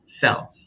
self